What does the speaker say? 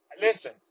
listen